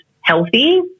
healthy